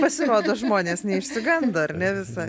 pasirodo žmonės neišsigando ar ne visai